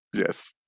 Yes